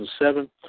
2007